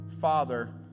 father